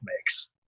makes